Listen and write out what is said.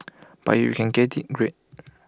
but if you can get IT great